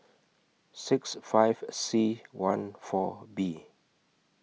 six five C one four B